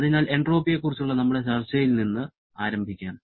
അതിനാൽ എൻട്രോപ്പിയെക്കുറിച്ചുള്ള നമ്മുടെ ചർച്ചയിൽ നിന്ന് ആരംഭിക്കാം